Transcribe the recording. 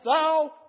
thou